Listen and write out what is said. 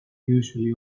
usually